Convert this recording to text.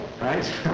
right